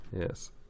Yes